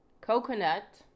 coconut